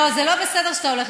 לא, זה לא בסדר שאתה הולך.